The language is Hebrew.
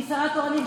אני שרה תורנית,